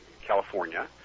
California